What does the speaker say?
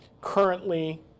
Currently